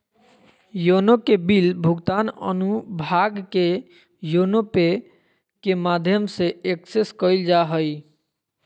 YONO में bill भुगतान अनुभाग के योनो पे के माध्यम से एक्सेस कइल जा हइ